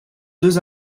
deux